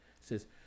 Says